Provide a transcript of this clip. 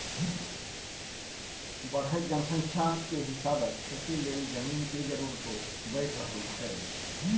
बढ़इत जनसंख्या के हिसाबे खेती लेल जमीन के जरूरतो बइढ़ रहल छइ